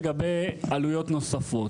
לגבי עלויות נוספות,